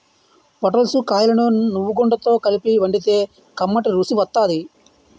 పొటల్స్ కాయలను నువ్వుగుండతో కలిపి వండితే కమ్మటి రుసి వత్తాది